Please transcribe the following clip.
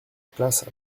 classe